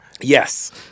Yes